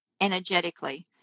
energetically